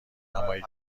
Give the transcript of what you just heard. نمایی